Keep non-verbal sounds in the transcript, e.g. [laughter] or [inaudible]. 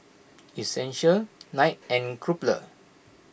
[noise] Essential [noise] Knight and Crumpler